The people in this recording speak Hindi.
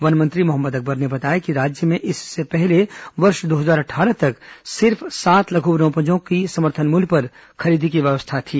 वन मंत्री मोहम्मद अकबर ने बताया कि राज्य में इससे पहले वर्ष दो हजार अट्ठारह तक मात्र सात लघु वनोपजों की समर्थन मूल्य पर खरीदी की व्यवस्था की जाती थी